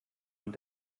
und